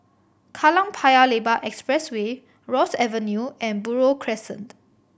Kallang Paya Lebar Expressway Ross Avenue and Buroh Crescent